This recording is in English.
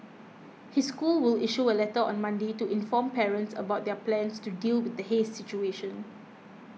his school will issue a letter on Monday to inform parents about their plans to deal with the haze situation